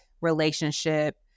relationship